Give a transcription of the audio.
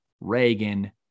Reagan